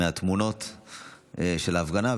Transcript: מהתמונות של ההפגנה,